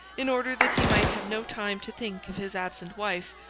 in order that he might have no time to think of his absent wife,